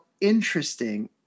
interesting